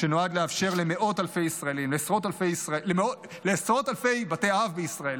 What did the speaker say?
שנועד לאפשר לעשרות אלפי בתי אב בישראל,